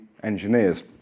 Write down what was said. engineers